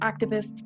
activists